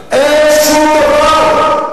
אין שום דבר,